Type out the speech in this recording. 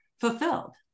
fulfilled